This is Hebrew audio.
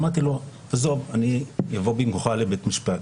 אמרתי לו: עזוב, אני אבוא במקומך לבית משפט.